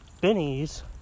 Benny's